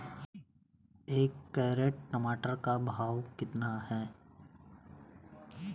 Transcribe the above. एक कैरेट टमाटर का भाव कितना है?